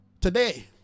today